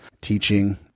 teaching